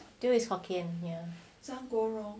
teo is hokkien